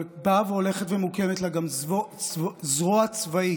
אבל באה והולכת ומוקמת לה גם זרוע צבאית,